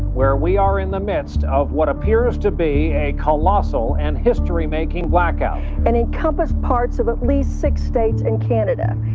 where we are in the midst of what appears to be a colossal and history-making blackout it and encompassed parts of at least six states and canada,